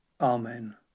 Amen